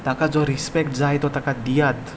ताका जो रिसपेक्ट जाय तो ताका दियात